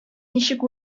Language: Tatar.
ничек